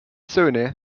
söhne